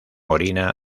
orina